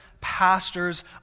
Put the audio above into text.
pastors